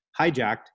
hijacked